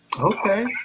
Okay